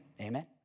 Amen